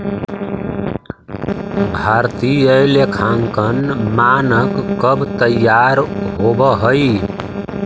भारतीय लेखांकन मानक कब तईयार होब हई?